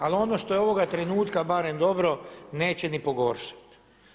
Ali ono što je ovoga trenutka barem dobro neće ni pogoršati.